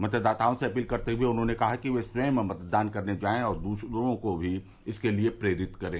मतदाताओं से अपील करते हुए उन्होंने कहा कि वे स्वयं मतदान करने जायें और दूसरों को भी इसके लिये प्रेरित करें